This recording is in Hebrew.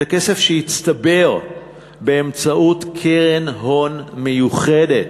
את הכסף שיצטבר, באמצעות קרן הון מיוחדת,